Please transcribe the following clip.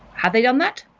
have they done that?